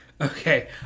Okay